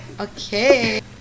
Okay